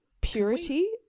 purity